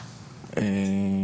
אני נאלצת לתת למתן אשר מ"אם תרצו",